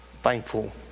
Thankful